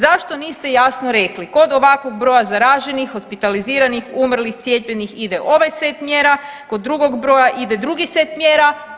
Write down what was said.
Zašto niste jasno rekli kod ovakvog broja zaraženih, hospitaliziranih, umrlih, cijepljenih ide ovaj set mjera, kod drugog broja ide drugi set mjera?